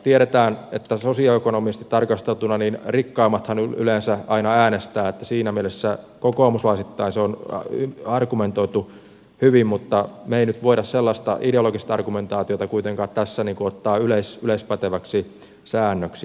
tiedetään että sosioekonomisesti tarkasteltuna rikkaimmathan yleensä aina äänestävät että siinä mielessä kokoomuslaisittain se on argumentoitu hyvin mutta me emme nyt voi sellaista ideologista argumentaatiota kuitenkaan tässä ottaa yleispäteväksi säännöksi